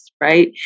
right